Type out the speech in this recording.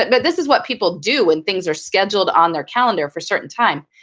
but this is what people do when things are scheduled on their calendar for certain time.